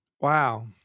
Wow